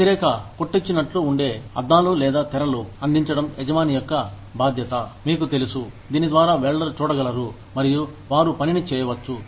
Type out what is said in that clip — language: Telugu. వ్యతిరేకకొట్టొచ్చినట్లు ఉండే అద్దాలు లేదా తెరలు అందించడం యజమాని యొక్క బాధ్యత మీకు తెలుసు దీని ద్వారా వెల్డర్ చూడగలరు మరియు వారు పనిని చేయవచ్చు